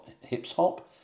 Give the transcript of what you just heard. hip-hop